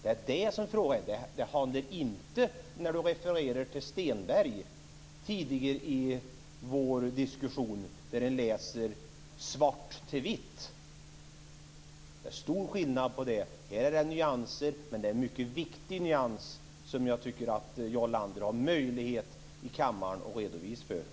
Det är det som frågan gäller. Jarl Lander refererar i vår diskussion till vad Stenberg har sagt tidigare, där man läser svart till vitt. Det är stor skillnad. Här finns en mycket viktig nyans som Jarl Lander har möjlighet att redovisa i kammaren.